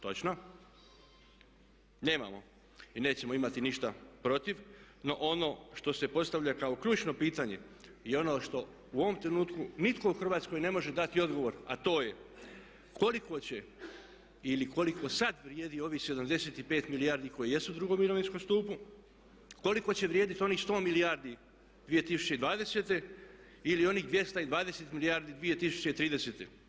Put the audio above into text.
Točno, nemamo i nećemo imati ništa protiv, no ono što se postavlja kao ključno pitanje i ono što u ovom trenutku nitko u Hrvatskoj ne može dati odgovor a to je koliko će ili koliko sad vrijedi ovih 75 milijardi koje jesu u drugom mirovinskom stupu, koliko će vrijediti onih 100 milijardi 2020. ili onih 220 milijardi 2030.